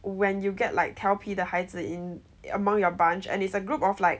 when you get like 调皮的孩子 in among your bunch and it's a group of like